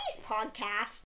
podcast